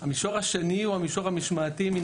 המישור השני הוא המישור המשמעתי-מנהלי.